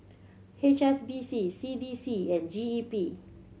H S B C C D C and G E P